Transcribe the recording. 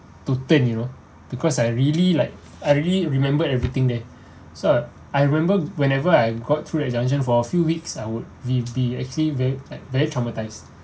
to turn you know because I really like I really remembered everything there so I remember whenever I got through the junction for a few weeks I would will be actually ver~ very traumatised